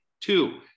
two